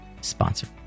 sponsor